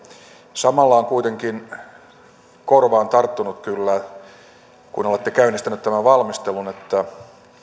samalla on kuitenkin kyllä korvaan tarttunut kun olette käynnistänyt tämän valmistelun että